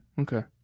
okay